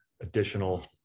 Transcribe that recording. additional